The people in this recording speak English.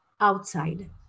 outside